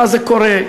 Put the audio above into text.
מה קורה,